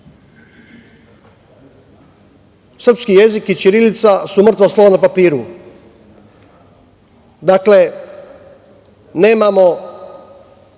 srpski jezik i ćirilica su mrtvo slovo na papiru. Dakle, nemamo